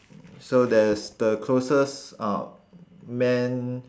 so there's the closest um man